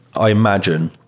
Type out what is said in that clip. i imagine.